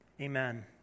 Amen